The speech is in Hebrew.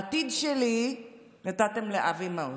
העתיד שלי, נתתם לאבי מעוז,